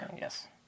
Yes